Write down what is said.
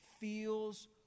feels